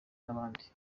n’abandi